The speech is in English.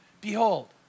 Behold